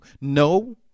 No